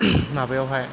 माबायाव हाय